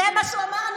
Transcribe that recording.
זה מה שהוא אמר.